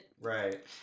Right